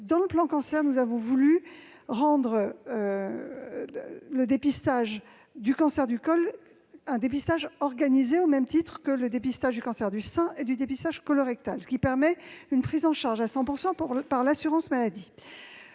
cadre du plan Cancer, nous avons voulu organiser le dépistage du cancer du col de l'utérus au même titre que le dépistage du cancer du sein et du dépistage colorectal, ce qui permet une prise en charge à 100 % par l'assurance maladie.